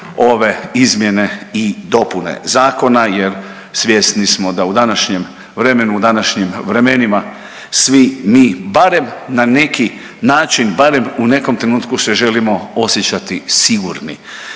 ove izmjene i dopune zakona jer svjesni smo da u današnjem vremenu, u današnjim vremenima svi mi barem na neki način, barem u nekom trenutku se želimo osjećati sigurni